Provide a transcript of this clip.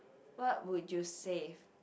what would you save